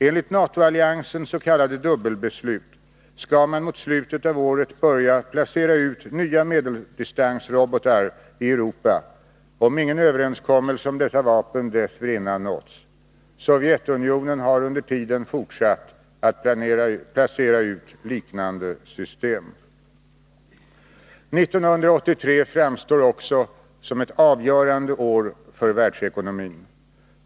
Enligt NATO-alliansens s.k. dubbelbeslut skall man mot slutet av året börja placera ut nya medeldistansrobotar i Europa, om ingen överenskommelse om dessa vapen dessförinnan nåtts. Sovjetunionen har under tiden fortsatt att placera ut liknande system. 1983 framstår också som ett avgörande år för världsekonomin.